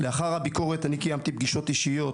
לאחר הביקורת, קיימתי פגישות אישיות